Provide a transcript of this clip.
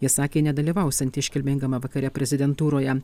ji sakė nedalyvausianti iškilmingame vakare prezidentūroje